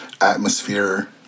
atmosphere